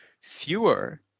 fewer